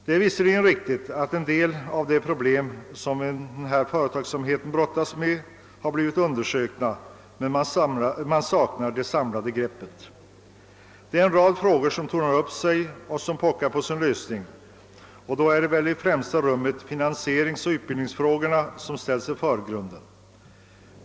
Det är visserligen riktigt att en del av de problem som denna företagsamhet brottas med har blivit undersökta, men man saknar det samlande greppet. En rad frågor tornar upp sig och pockar på sin lösning. Främst är det finansieringsoch utbildningsfrågorna som ställs i förgrunden.